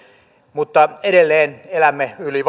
mutta edelleen elämme yli